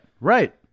right